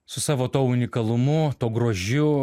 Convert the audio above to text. su savo tuo unikalumu tuo grožiu